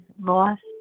lost